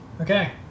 Okay